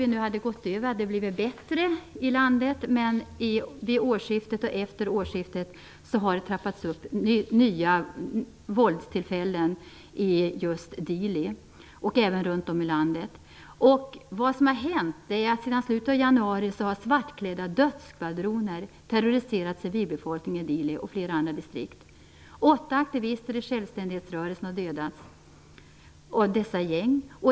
Vi trodde att det hade blivit bättre i landet, men vid och efter årsskiftet har våldet trappats upp i just Dili och även runt om i landet. Vad som har hänt är att sedan slutet av januari har svartklädda dödsskvadroner terroriserat civilbefolkningen i Dili och i flera andra distrikt. Åtta aktivister i självständighetsrörelsen har dödats av dessa gäng.